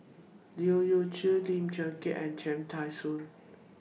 Leu Yew Chye Lim Leong Geok and Cham Tao Soon